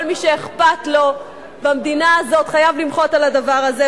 כל מי שאכפת לו במדינה הזאת חייב למחות על הדבר הזה.